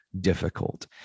difficult